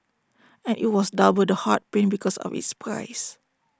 and IT was double the heart pain because of its price